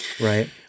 right